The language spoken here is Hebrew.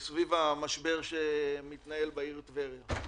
וסביב המשבר שמתנהל בעיר טבריה.